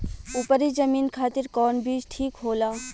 उपरी जमीन खातिर कौन बीज ठीक होला?